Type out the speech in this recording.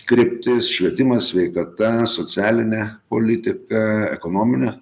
kryptis švietimas sveikata socialinė politika ekonominė